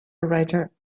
writer